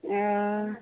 हँ